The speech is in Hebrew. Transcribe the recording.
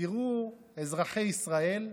תראו, אזרחי ישראל,